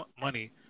money